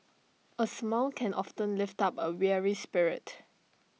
A smile can often lift up A weary spirit